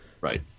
Right